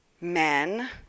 men